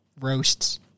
roasts